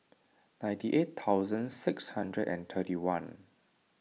ninety eight thousand six hundred and thirty one